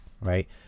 right